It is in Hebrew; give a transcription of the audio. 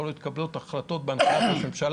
יכול להיות שמתקבלות החלטות בהנחיית ראש הממשלה,